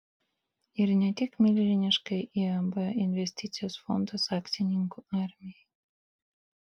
ir ne tik milžiniškai iab investicijos fondas akcininkų armijai